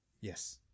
Yes